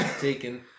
taken